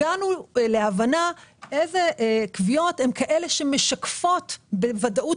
הגענו להבנה איזה קביעות הן כאלה שמשקפות בוודאות